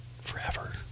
Forever